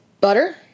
butter